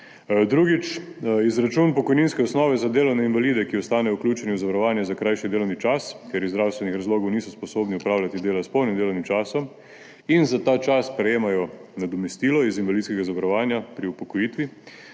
Drugič, izračun pokojninske osnove za delovne invalide, ki ostanejo vključeni v zavarovanje za krajši delovni čas, ker iz zdravstvenih razlogov niso sposobni opravljati dela s polnim delovnim časom, in za ta čas prejemajo nadomestilo iz invalidskega zavarovanja, se pri upokojitvi